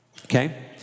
okay